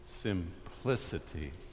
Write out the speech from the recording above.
simplicity